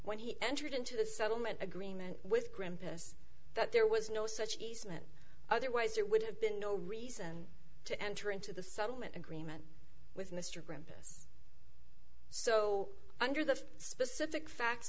when he entered into the settlement agreement with grampus that there was no such easement otherwise it would have been no reason to enter into the settlement agreement with mr grampus so under the specific facts